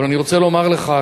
אבל אני רוצה לומר לך,